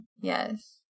yes